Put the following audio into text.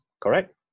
correct